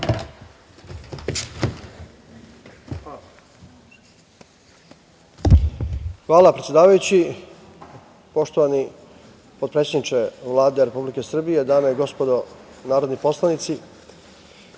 Hvala, predsedavajući. Poštovani potpredsedniče Vlade Republike Srbije, dame i gospodo narodni poslanici,